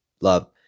love